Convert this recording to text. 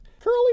curly